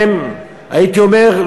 הייתי אומר,